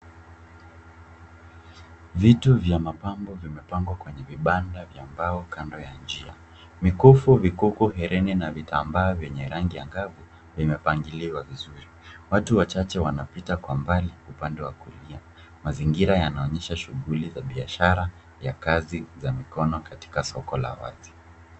Vitu vya mapambo vimepangwa kwenye vibanda vya mbao kando ya njia. Mikufu, vikuku, hereni na vitambaa vyenye rangi anagvu vimepangiliwa vizuri. Watu wachache wanapita kwa mbali upande wa kulia. Mazingira yanaonyesha shuguli za biashara ya kazi za mikono katika soko la wazi.